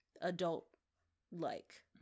adult-like